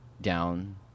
Down